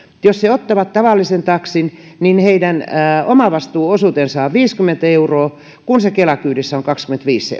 jos he ottavat tavallisen taksin niin heidän omavastuuosuutensa on viisikymmentä euroa kun se kela kyydissä on kaksikymmentäviisi